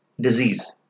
disease